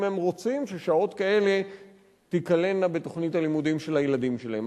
אם הם רוצים ששעות כאלה תיכללנה בתוכנית הלימודים של הילדים שלהם.